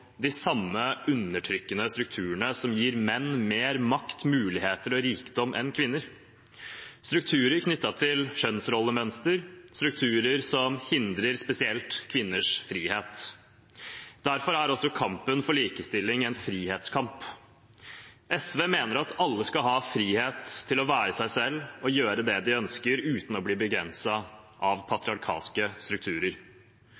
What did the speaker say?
de samme undertrykkende strukturene som gir menn mer makt, muligheter og rikdom enn kvinner – strukturer knyttet til kjønnsrollemønster, strukturer som hindrer spesielt kvinners frihet. Derfor er også kampen for likestilling en frihetskamp. SV mener at alle skal ha frihet til å være seg selv og gjøre det de ønsker, uten å bli begrenset av